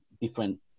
different